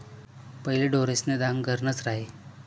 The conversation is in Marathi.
पहिले ढोरेस्न दान घरनंच र्हाये